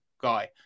guy